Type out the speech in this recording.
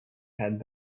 had